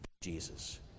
Jesus